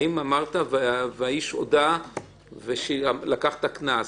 האם אמרת והאיש הודה ולקח קנס?